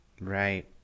Right